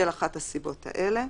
(להלן הסדנה), בשל אחת הסיבות האלה: